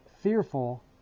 fearful